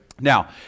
Now